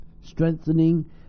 Strengthening